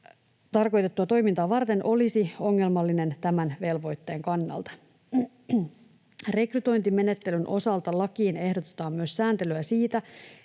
tarkoitettua toimintaa varten olisi ongelmallinen tämän velvoitteen kannalta. Rekrytointimenettelyn osalta lakiin ehdotetaan myös sääntelyä siitä,